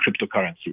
cryptocurrency